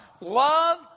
love